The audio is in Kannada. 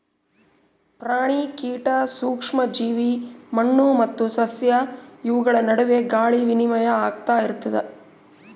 ಪ್ರಾಣಿ ಕೀಟ ಸೂಕ್ಷ್ಮ ಜೀವಿ ಮಣ್ಣು ಮತ್ತು ಸಸ್ಯ ಇವುಗಳ ನಡುವೆ ಗಾಳಿ ವಿನಿಮಯ ಆಗ್ತಾ ಇರ್ತದ